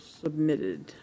submitted